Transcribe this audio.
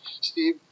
Steve